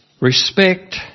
respect